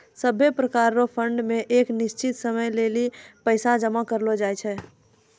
सभै प्रकार रो फंड मे एक निश्चित समय लेली पैसा जमा करलो जाय छै